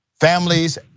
families